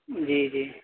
جی جی